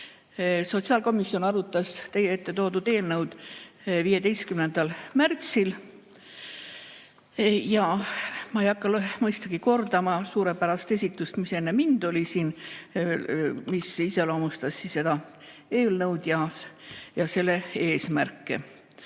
Sotsiaalkomisjon arutas teie ette toodud eelnõu 15. märtsil. Ma mõistagi ei hakka kordama suurepärast esitust, mis enne mind siin oli ja mis iseloomustas seda eelnõu ja selle eesmärki.